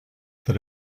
that